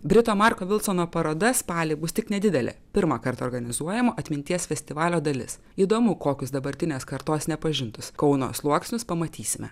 brito marko vilsono paroda spalį bus tik nedidelė pirmąkart organizuojama atminties festivalio dalis įdomu kokius dabartinės kartos nepažintus kauno sluoksnius pamatysime